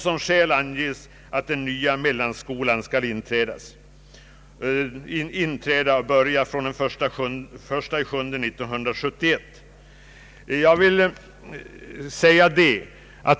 Som skäl anges att den nya mellanskolan skall inträda den 1 juli 1971.